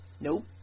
Nope